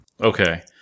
Okay